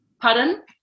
Pardon